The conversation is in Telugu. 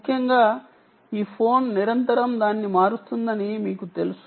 ముఖ్యంగా ఈ ఫోన్ నిరంతరం దాన్ని మారుస్తుందని మీకు తెలుసు